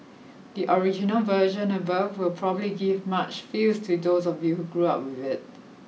the original version above will probably give much feels to those of you who grow up with it